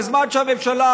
בזמן שהממשלה,